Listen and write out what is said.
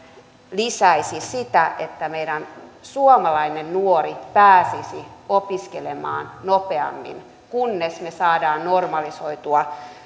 lisäisi sitä että meidän suomalainen nuori pääsisi opiskelemaan nopeammin kunnes me saamme normalisoitua